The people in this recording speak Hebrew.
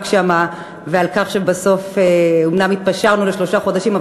שם אומנם בסוף התפשרנו על שלושה חודשים,